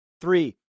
Three